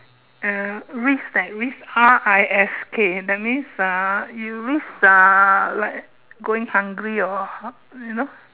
uh risk leh risk R I S K that means uh you risk uh like going hungry or you know